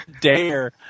dare